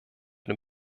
den